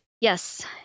Yes